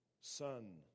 Son